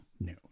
no